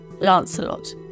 Lancelot